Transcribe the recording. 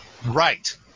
Right